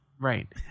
Right